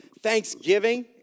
Thanksgiving